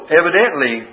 evidently